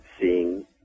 seeing